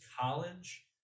college